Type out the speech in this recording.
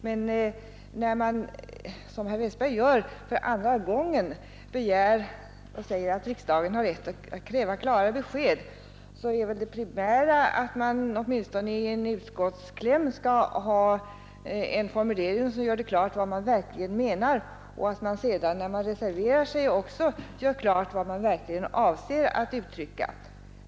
Men när man, som herr Westberg gör, för andra gången säger att riksdagen har rätt att kräva klara besked, så är väl det primära att man åtminstone i en motionskläm skall ha en formulering som gör det klart vad man verkligen menar och att man sedan, när man reserverar sig, också gör klart vad man verkligen avser att uttrycka.